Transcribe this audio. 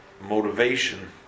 motivation